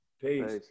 Peace